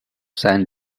san